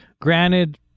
granted